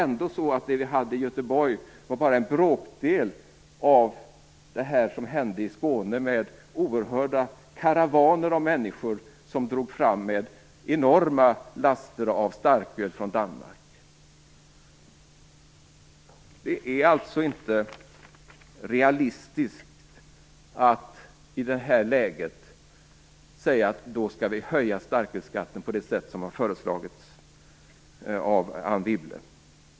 Ändå utgör det som sker i Göteborg bara en bråkdel av de oerhörda karavaner i Skåne som drog fram med enorma laster av starköl från Danmark. Det är alltså inte realistiskt att i det här läget säga att vi skall höja starkölsskatten på det sätt som har föreslagits av Anne Wibble.